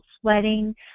sweating